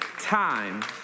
time